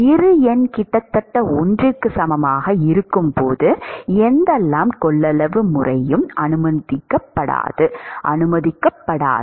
இரு எண் கிட்டத்தட்ட 1 க்கு சமமாக இருக்கும் போது எந்த லம்ப்ட் கொள்ளளவு முறையும் அனுமதிக்கப்படாது